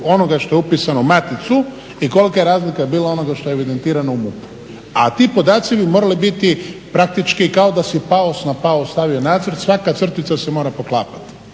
onoga što je upisano u maticu i kolika je razlika bila onoga što je evidentirano u MUP-u, a ti podaci bi morali biti praktički kao da si na paus stavio nacrt, svaka crtica se mora poklapati.